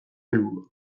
helburua